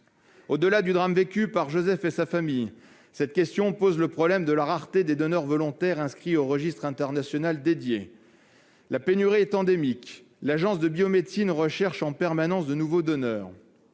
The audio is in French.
Au-delà du drame vécu par Joseph et sa famille, cette question pose le problème de la rareté des donneurs volontaires inscrits au registre international dédié. La pénurie est endémique : l'Agence de la biomédecine recherche en permanence de nouveaux donneurs.